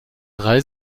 drei